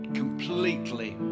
completely